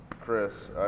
Chris